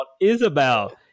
Isabel